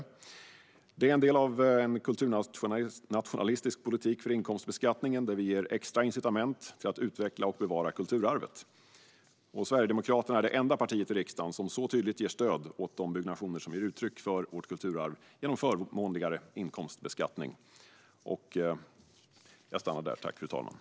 Det här är en del av en kulturnationalistisk politik för inkomstbeskattningen där vi ger extra incitament till att utveckla och bevara kulturarvet. Sverigedemokraterna är det enda partiet i riksdagen som så tydligt, genom förmånligare inkomstbeskattning, ger stöd åt de byggnationer som ger uttryck för vårt kulturarv.